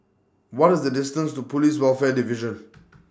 What IS The distance to Police Welfare Division